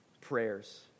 prayers